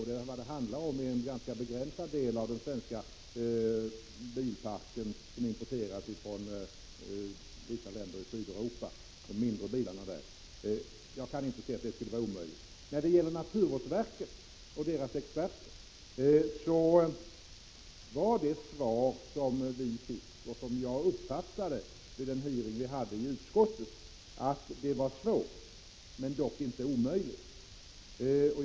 Det är ändå en ganska begränsad del av den svenska bilparken som importeras från länder i Sydeuropa, nämligen en del mindre bilar. Jag kan inte se att det skulle vara omöjligt att ge sådana dispenser. Såsom jag uppfattade det vid den hearing vi hade i utskottet med bl.a. naturvårdsverkets experter var det svårt, dock inte omöjligt, att genomföra det vi ville.